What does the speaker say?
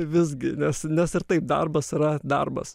visgi nes nes ir taip darbas yra darbas